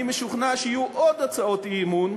אני משוכנע שיהיו עוד הצעות אי-אמון,